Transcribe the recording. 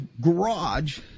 garage